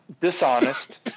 dishonest